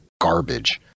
garbage